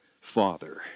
Father